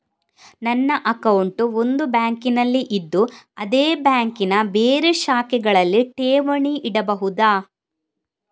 ನನ್ನ ಅಕೌಂಟ್ ಒಂದು ಬ್ಯಾಂಕಿನಲ್ಲಿ ಇದ್ದು ಅದೇ ಬ್ಯಾಂಕಿನ ಬೇರೆ ಶಾಖೆಗಳಲ್ಲಿ ಠೇವಣಿ ಇಡಬಹುದಾ?